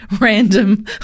random